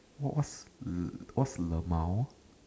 what's what's lmao